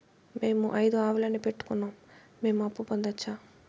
మేము ఐదు ఆవులని పెట్టుకున్నాం, మేము అప్పు పొందొచ్చా